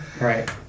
right